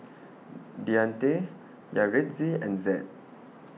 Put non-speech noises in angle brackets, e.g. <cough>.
<noise> Deante Yaretzi and Zed